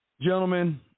Gentlemen